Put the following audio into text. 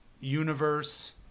universe